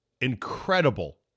Incredible